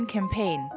Campaign